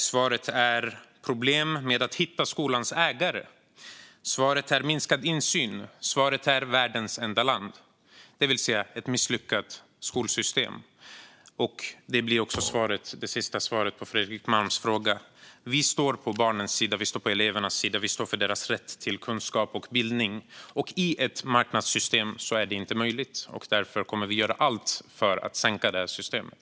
Svaret är också problem med att hitta skolans ägare, minskad insyn och världens enda land med detta system. Det är med andra ord ett misslyckat skolsystem, och det blir också det sista svaret på Fredrik Malms fråga. Vi står på barnens sida. Vi står på elevernas sida. Vi står för deras rätt till kunskap och bildning. I ett marknadssystem är inte detta möjligt, och vi kommer därför att göra allt för att sänka det här systemet.